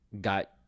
got